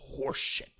horseshit